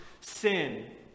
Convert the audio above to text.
sin